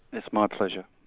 it's my pleasure.